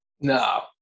No